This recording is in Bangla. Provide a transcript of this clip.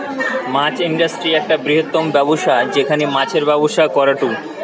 মাছ ইন্ডাস্ট্রি একটা বৃহত্তম ব্যবসা যেখানে মাছের ব্যবসা করাঢু